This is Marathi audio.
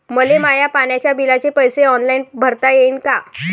मले माया पाण्याच्या बिलाचे पैसे ऑनलाईन भरता येईन का?